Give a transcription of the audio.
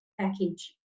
package